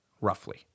Roughly